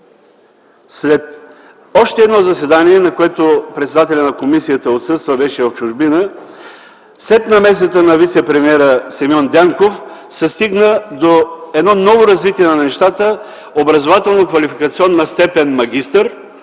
След още едно заседание, на което председателят на комисията отсъстваше, беше в чужбина, след намесата на вицепремиера Симеон Дянков се стигна до ново развитие на нещата: образователно-квалификационна степен „магистър”,